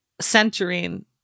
centering